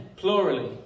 plurally